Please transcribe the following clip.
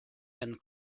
and